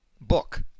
book